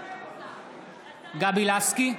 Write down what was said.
בעד גבי לסקי,